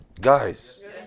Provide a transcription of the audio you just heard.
Guys